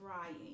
trying